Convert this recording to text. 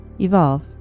evolve